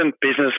business